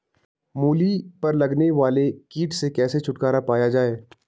मूली पर लगने वाले कीट से कैसे छुटकारा पाया जाये?